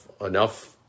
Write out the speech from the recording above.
enough